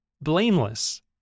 Blameless